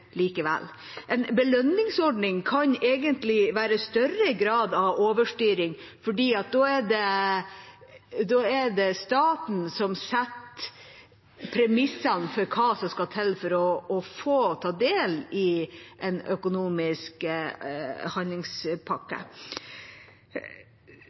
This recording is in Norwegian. likevel. En belønningsordning kan egentlig være en større grad av overstyring, for da er det staten som setter premissene for hva som skal til for å få ta del i en økonomisk handlingspakke.